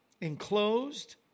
enclosed